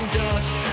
dust